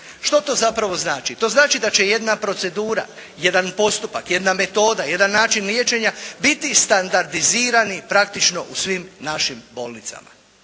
Što to zapravo znači? To znači da će jedna procedura, jedan postupak, jedna metoda, jedan način liječenja biti standardizirani praktično u svim našim bolnicama.